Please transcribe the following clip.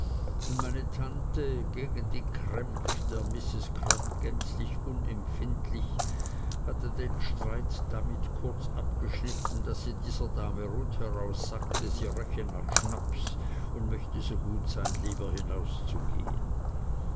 und meine tante gegen die krämpf der mrs crupp gänzlich unempfindlich hatte den streit damit kurz abgeschnitten daß sie dieser dame rundheraus sagte sie röche nach schnaps und möchte so gut sein lieber hinauszugehen